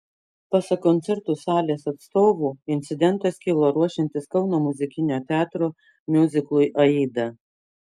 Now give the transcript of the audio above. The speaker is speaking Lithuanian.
pasak koncertų salės atstovų incidentas kilo ruošiantis kauno muzikinio teatro miuziklui aida